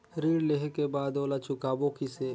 ऋण लेहें के बाद ओला चुकाबो किसे?